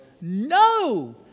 no